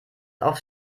auf